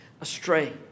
astray